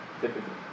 typically